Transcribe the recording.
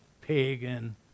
pagan